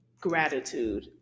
gratitude